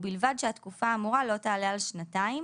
ובלבד שהתקופה האמורה לא תעלה על שנתיים